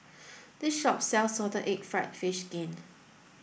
this shop sells salted egg fried fish skin